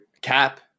cap